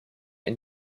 and